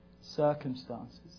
circumstances